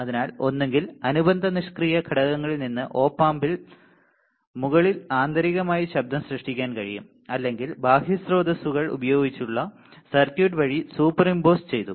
അതിനാൽ ഒന്നുകിൽ അനുബന്ധ നിഷ്ക്രിയ ഘടകങ്ങളിൽ നിന്ന് ഒപ് ആമ്പിൽ മുകളിൽ ആന്തരികമായി ശബ്ദം സൃഷ്ടിക്കാൻ കഴിയും അല്ലെങ്കിൽ ബാഹ്യ സ്രോതസ്സുകൾ ഉപയോഗിച്ചുള്ള സർക്യൂട്ട് വഴി സൂപ്പർ impose ചെയ്തു